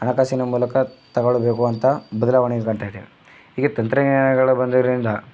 ಹಣಕಾಸಿನ ಮೂಲಕ ತಗೊಳ್ಳಬೇಕು ಅಂತ ಬದಲಾವಣೆ ಕಾಣ್ತಾಯಿದ್ದೇವೆ ಈಗ ತಂತ್ರಜ್ಞಾನಗಳ ಬಂದಿರೋದರಿಂದ